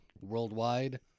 worldwide